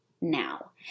now